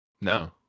No